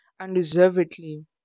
Undeservedly